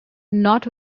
not